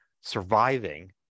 surviving